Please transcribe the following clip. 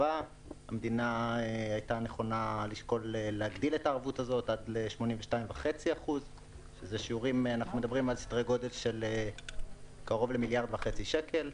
המדינה הייתה נכונה להגדיל את התוכנית הזאת עד 82.5%. מדברים על סדרי גודל של קרוב ל-1.5 מיליארד שקלים.